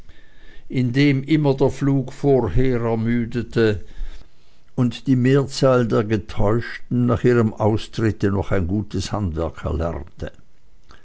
indem immer der flug vorher ermüdete und die mehrzahl der getäuschten nach ihrem austritte noch ein gutes handwerk erlernte